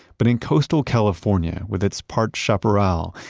but in coastal california, with its parched chaparral,